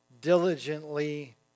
diligently